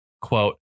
quote